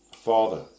Father